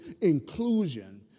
inclusion